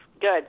good